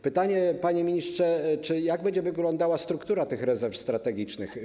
Pytanie: Panie ministrze, jak będzie wyglądała struktura tych rezerw strategicznych?